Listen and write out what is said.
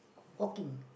walking